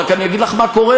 רק אני אגיד לך מה קורה,